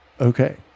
Okay